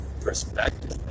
perspective